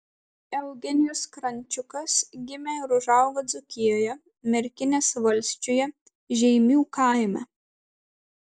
eugenijus krančiukas gimė ir užaugo dzūkijoje merkinės valsčiuje žeimių kaime